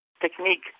technique